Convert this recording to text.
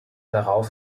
darauf